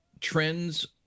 trends